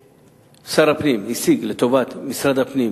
הפנים השיג לטובת משרד הפנים,